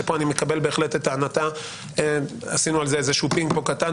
שפה אני מקבל בהחלט את טענתה עשינו על זה איזשהו פינג פה קטן,